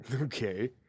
Okay